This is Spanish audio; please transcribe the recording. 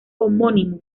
homónimo